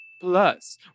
Plus